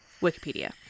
Wikipedia